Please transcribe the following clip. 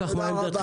תודה רבה.